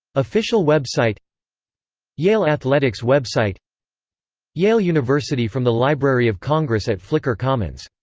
official website yale athletics website yale university from the library of congress at flickr commons